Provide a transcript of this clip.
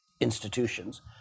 institutions